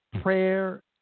prayer